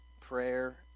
prayer